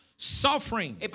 Suffering